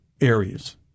areas